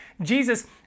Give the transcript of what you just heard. Jesus